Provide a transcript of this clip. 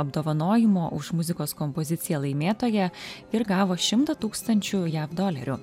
apdovanojimo už muzikos kompoziciją laimėtoja ir gavo šimtą tūkstančių jav dolerių